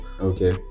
okay